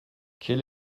quel